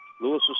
Lewis